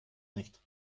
nicht